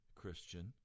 Christian